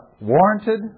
warranted